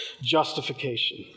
justification